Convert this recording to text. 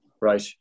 right